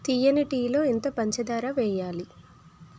తియ్యని టీలో ఎంత పంచదార వెయ్యాలి